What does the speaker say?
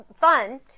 fun